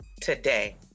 today